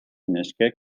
neskek